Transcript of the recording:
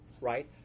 Right